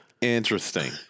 Interesting